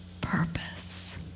purpose